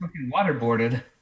waterboarded